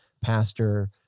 pastor